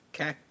Okay